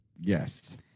Yes